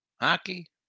hockey